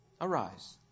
Arise